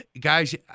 Guys